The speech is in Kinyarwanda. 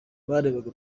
barebaga